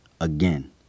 Again